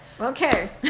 Okay